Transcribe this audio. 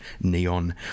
Neon